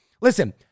Listen